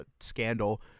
scandal